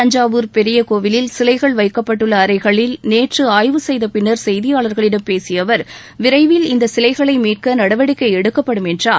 தஞ்சாவூர் பெரிய கோவிலில் சிலைகள் வைக்கப்பட்டுள்ள அறைகளில் நேற்று ஆய்வு செய்த பின்னா் செய்தியாளா்களிடம் பேசிய அவா் விரைவில் இந்த சிலைகளை மீட்க நடவடிக்கை எடுக்கப்படும் என்றார்